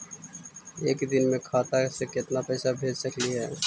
एक दिन में खाता से केतना पैसा भेज सकली हे?